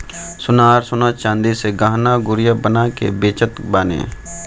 सोनार सोना चांदी से गहना गुरिया बना के बेचत बाने